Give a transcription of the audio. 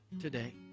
today